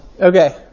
Okay